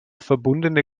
verbundene